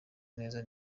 neza